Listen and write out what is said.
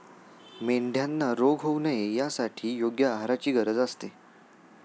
मेंढ्यांना रोग होऊ नये यासाठी योग्य आहाराची गरज असते